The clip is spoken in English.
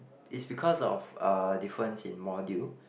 it's because of uh difference in module